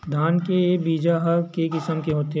धान के बीजा ह के किसम के होथे?